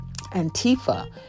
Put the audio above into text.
Antifa